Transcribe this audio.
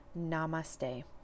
Namaste